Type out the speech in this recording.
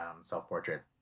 self-portrait